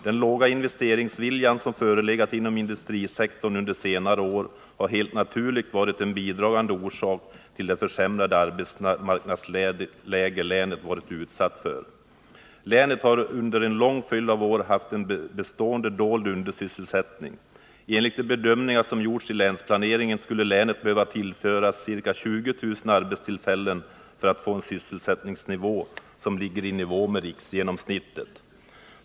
Den låga investeringsvilja som förelegat inom industrisektorn under senare år har helt naturligt varit en bidragande orsak till det försämrade arbetsmarknadsläge länet varit utsatt för. Länet har under en lång följd av år haft en bestående dold undersysselsättning. Enligt de bedömningar som gjorts i länsplaneringen skulle länet behöva tillföras ca 20 000 arbetstillfällen för att få en sysselsättning som ligger i nivå med riksgenomsnittet.